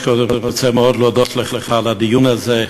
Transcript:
קודם כול אני רוצה מאוד להודות לך על הדיון הזה,